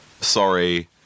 Sorry